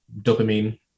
dopamine